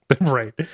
right